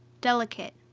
delicate,